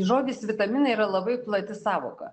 žodis vitaminai yra labai plati sąvoka